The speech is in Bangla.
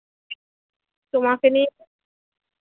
তোমাকে নিয়ে